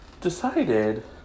Decided